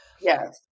Yes